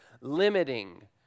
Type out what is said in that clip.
limiting